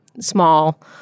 small